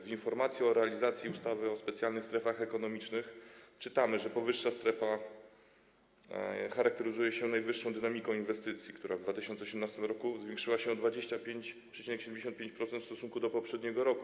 W informacji o realizacji ustawy o specjalnych strefach ekonomicznych czytamy, że powyższa strefa charakteryzuje się najwyższa dynamiką inwestycji, który w 2018 r. zwiększyła się o 25,75% w stosunku do poprzedniego roku.